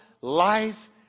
life